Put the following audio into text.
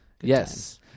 Yes